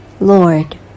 Lord